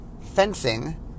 fencing